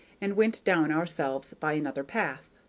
and went down ourselves by another path.